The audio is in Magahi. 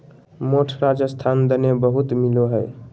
मोठ राजस्थान दने बहुत मिलो हय